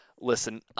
Listen